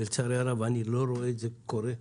ולצערי הרב איני רואה את זה קורה.